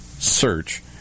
Search